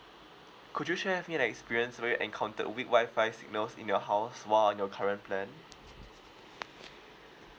could you share with me an experience where you encountered weak WI-FI signals in your house while on your current plan